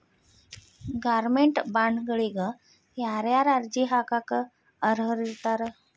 Government ಬಾಂಡ್ಗಳಿಗ ಯಾರ್ಯಾರ ಅರ್ಜಿ ಹಾಕಾಕ ಅರ್ಹರಿರ್ತಾರ?